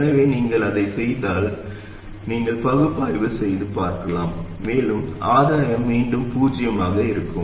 எனவே நீங்கள் அதைச் செய்தால் நீங்கள் அதை பகுப்பாய்வு செய்து பார்க்கலாம் மேலும் ஆதாயம் மீண்டும் பூஜ்ஜியமாக இருக்கும்